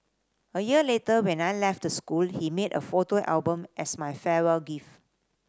a year later when I left the school he made a photo album as my farewell gift